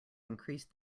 increased